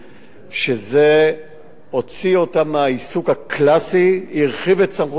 שזה הוציא אותה מהעיסוק הקלאסי והרחיב את סמכויותיה,